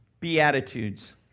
Beatitudes